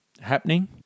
happening